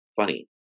funny